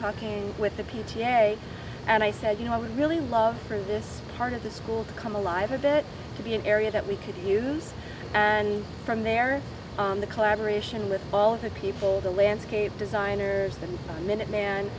talking with the p t a and i said you know i would really love for this part of the school to come alive a bit to be an area that we could use and from there on the collaboration with all the people the landscape designer the minuteman